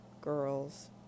Girls